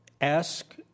ask